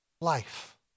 life